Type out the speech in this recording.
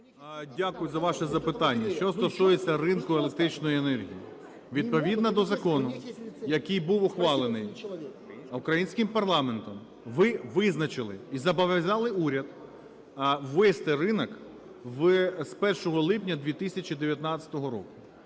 Дякую за ваше запитання. Що стосується ринку електричної енергії. Відповідно до закону, який був ухвалений українським парламентом, ви визначили і зобов'язали уряд ввести ринок з 1 липня 2019 року.